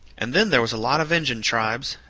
and then there was a lot of injun tribes,